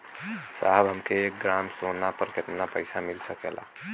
साहब हमके एक ग्रामसोना पर कितना पइसा मिल सकेला?